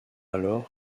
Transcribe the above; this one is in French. alors